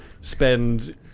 spend